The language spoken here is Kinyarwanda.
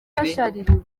yashaririwe